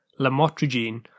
lamotrigine